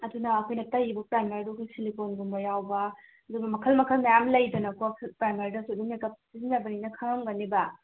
ꯑꯗꯨꯅ ꯑꯩꯈꯣꯏꯅ ꯇꯩꯔꯤꯕ ꯄ꯭ꯔꯥꯏꯃꯔꯗꯣ ꯑꯩꯈꯣꯏ ꯁꯤꯂꯤꯀꯣꯟꯒꯨꯝꯕ ꯌꯥꯎꯕ ꯑꯗꯨꯒ ꯃꯈꯜ ꯃꯈꯜ ꯃꯌꯥꯝ ꯂꯩꯗꯅꯀꯣ ꯄ꯭ꯔꯥꯏꯃꯔꯗꯁꯨ ꯑꯗꯨꯝ ꯃꯦꯀꯞ ꯁꯤꯖꯤꯟꯅꯕꯅꯤꯅ ꯈꯪꯉꯝꯒꯅꯦꯕ